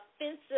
offensive